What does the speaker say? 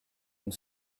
une